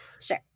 Sure